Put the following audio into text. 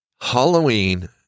Halloween